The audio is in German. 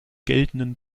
geltenden